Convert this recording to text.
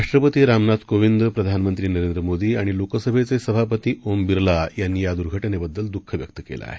राष्ट्रपती रामनाथ कोविंद प्रधानमंत्री नरेंद्र मोदी आणि लोकसभेचे सभापती ओम बिर्ला यांनी दुःख व्यक्त केलं आहे